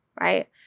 right